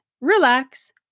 relax